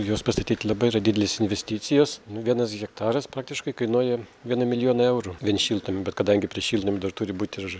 juos pastatyt labai yra didelės investicijos nu vienas hektaras praktiškai kainuoja vieną milijoną eurų vien šiltnamių bet kadangi prie šiltnamių dar turi būt ir